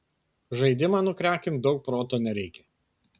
žaidimą nukrekinti daug proto nereikia